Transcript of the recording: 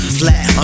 flat